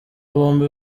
bombi